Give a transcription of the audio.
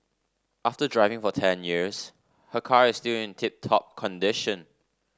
after driving for ten years her car is still in tip top condition